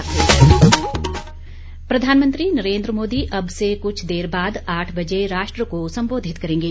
प्रधानमंत्री संबोधन प्रधानमंत्री नरेन्द्र मोदी अब से कुछ देर बाद आठ बजे राष्ट्र को संबोधित करेंगे